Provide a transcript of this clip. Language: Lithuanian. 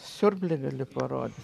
siurblį galiu parodyt